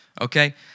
Okay